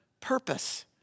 purpose